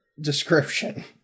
description